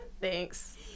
thanks